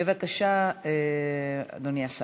בבקשה, אדוני השר.